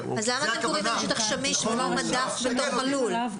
למה כתוב שטח שמיש ולא מדף בתוך הלול?